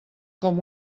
com